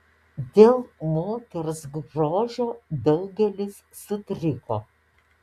dėl moters grožio daugelis sutriko